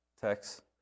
text